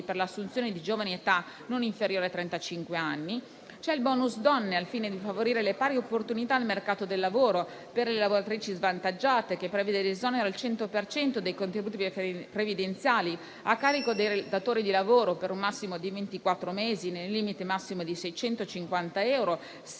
per l'assunzione di giovani di età non inferiore ai trentacinque anni; c'è il *bonus* donne, al fine di favorire le pari opportunità nel mercato del lavoro per le lavoratrici svantaggiate, che prevede l'esonero al 100 per cento dei contributi previdenziali a carico dei datori di lavoro per un massimo di ventiquattro mesi, nel limite massimo di 650 euro,